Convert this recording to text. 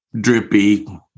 Drippy